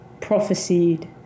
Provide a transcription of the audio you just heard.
prophesied